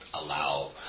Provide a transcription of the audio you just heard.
allow